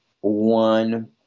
one